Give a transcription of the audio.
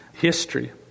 history